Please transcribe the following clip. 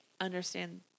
understand